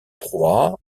proies